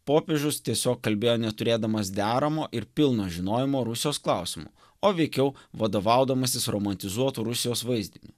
popiežius tiesiog kalbėjo neturėdamas deramo ir pilno žinojimo rusijos klausimu o veikiau vadovaudamasis romantizuotu rusijos vaizdiniu